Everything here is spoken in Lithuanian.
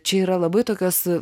čia yra labai tokios